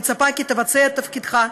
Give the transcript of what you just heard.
אני מצפה כי תבצע את תפקידך,